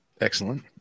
Excellent